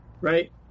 Right